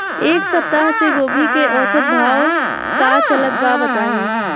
एक सप्ताह से गोभी के औसत भाव का चलत बा बताई?